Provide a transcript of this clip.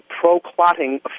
pro-clotting